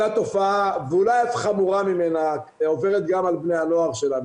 אותה תופעה ואולי אף חמורה ממנה עוברת גם על בני הנוער שלנו,